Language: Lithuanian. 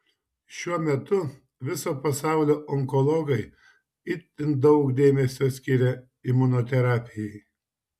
šiuo metu viso pasaulio onkologai itin daug dėmesio skiria imunoterapijai